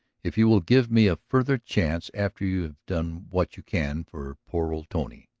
if you will give me a further chance after you have done what you can for poor old tony.